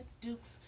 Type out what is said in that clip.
Dukes